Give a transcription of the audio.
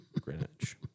Greenwich